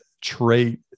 trait